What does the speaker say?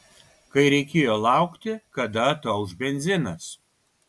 kai reikėjo laukti kada atauš benzinas